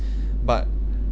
but